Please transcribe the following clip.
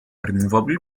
removable